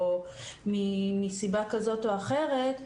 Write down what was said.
או מסיבה כזאת או אחרת.